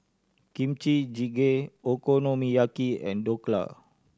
Kimchi Jjigae Okonomiyaki and Dhokla